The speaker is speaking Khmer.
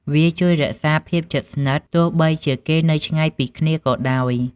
វាជួយរក្សាភាពជិតស្និទ្ធ ទោះបីជាគេនៅឆ្ងាយពីគ្នាក៏ដោយ។